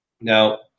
now